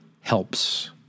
helps